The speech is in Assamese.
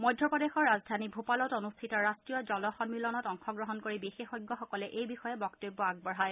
মধ্যপ্ৰদেশৰ ৰাজধানী ভূপালত অনুষ্ঠিত ৰাষ্ট্ৰীয় জল সম্মিলনত অংশগ্ৰহণ কৰি বিশেষজ্ঞসকলে এই বিষয়ে বক্তব্য আগবঢ়ায়